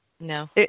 No